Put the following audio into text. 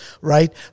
Right